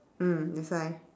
mm that's why